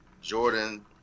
Jordan –